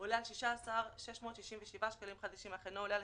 עולה על 16,667 שקלים חדשים אך אינו עולה על